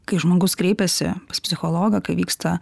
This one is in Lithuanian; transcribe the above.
kai žmogus kreipiasi pas psichologą kai vyksta